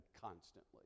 constantly